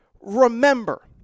remember